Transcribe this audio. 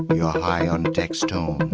but you're high on text tones,